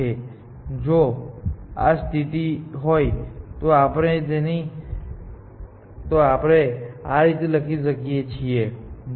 હવે જો આ સ્થિતિ હોય તો આપણે તેને આ રીતે લખી શકીએ છીએ હું બંને પક્ષે h ઉમેરી રહ્યો છું